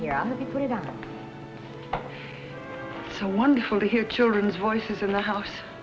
right so wonderful to hear children's voices in the house